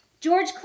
George